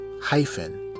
hyphen